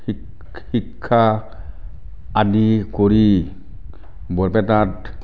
শিক্ শিক্ষা আদি কৰি বৰপেটাত